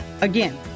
Again